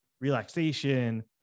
relaxation